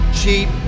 cheap